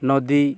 নদী